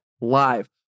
live